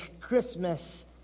Christmas